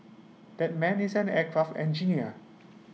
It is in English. that man is an aircraft engineer